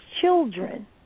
children